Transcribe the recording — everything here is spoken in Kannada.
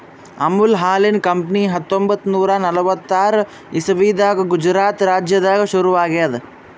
ಅಮುಲ್ ಹಾಲಿನ್ ಕಂಪನಿ ಹತ್ತೊಂಬತ್ತ್ ನೂರಾ ನಲ್ವತ್ತಾರ್ ಇಸವಿದಾಗ್ ಗುಜರಾತ್ ರಾಜ್ಯದಾಗ್ ಶುರು ಆಗ್ಯಾದ್